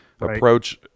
approach